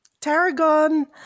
Tarragon